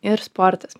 ir sportas